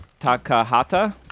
Takahata